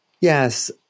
Yes